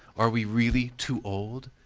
are we really too old?